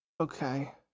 Okay